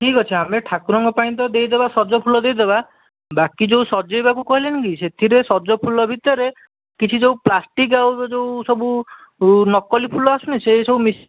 ଠିକ୍ ଅଛି ଆମେ ଠାକୁରଙ୍କ ପାଇଁ ତ ଦେଇଦେବା ସଜ ଫୁଲ ଦେଇ ଦେବା ବାକି ଯେଉଁ ସଜେଇବା କୁ କହିଲେନି କି ସେଥିରେ ସଜ ଫୁଲ ଭିତରେ କିଛି ଯେଉଁ ପ୍ଲାଷ୍ଟିକ ଆଉ ଯେଉଁ ସବୁ ନକଲି ଫୁଲ ଆସୁନି ସେହି ସବୁ ମିଶେଇ